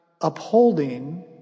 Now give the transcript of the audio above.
upholding